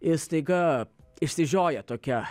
ir staiga išsižioja tokia